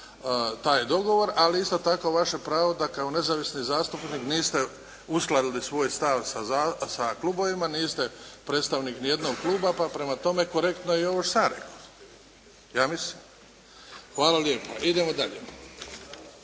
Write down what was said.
taj dogovor, ali isto tako vaše pravo da kao nezavisni zastupnik niste uskladili svoj stav sa klubovima, niste predstavnik nijednog kluba pa prema tome korektno je i ovo što sam ja rekao. Ja mislim. Hvala lijepo. Idemo dalje.